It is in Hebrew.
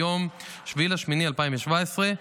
מיום 7 באוגוסט 2017,